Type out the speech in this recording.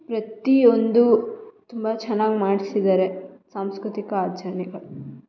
ಪ್ರತಿಯೊಂದೂ ತುಂಬ ಚೆನ್ನಾಗಿ ಮಾಡ್ಸಿದ್ದಾರೆ ಸಾಂಸ್ಕೃತಿಕ ಆಚರ್ಣೆಗಳು